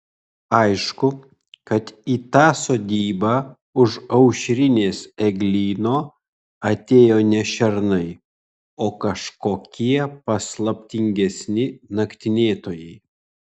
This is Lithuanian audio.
aišku kad į tą sodybą už aušrinės eglyno atėjo ne šernai o kažkokie paslaptingesni naktinėtojai